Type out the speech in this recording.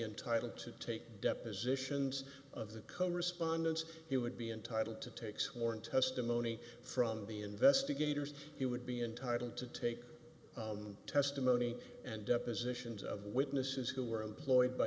entitled to take depositions of the co respondents he would be entitled to take sworn testimony from the investigators he would be entitled to take testimony and depositions of witnesses who were employed by